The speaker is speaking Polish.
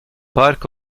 park